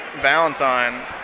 Valentine